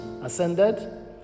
ascended